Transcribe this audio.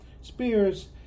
spears